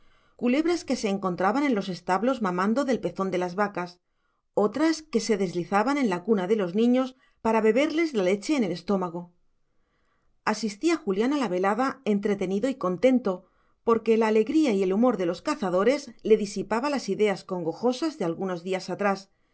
culebras que se encontraban en los establos mamando del pezón de las vacas otras que se deslizaban en la cuna de los niños para beberles la leche en el estómago asistía julián a la velada entretenido y contento porque la alegría y el humor de los cazadores le disipaba las ideas congojosas de algunos días atrás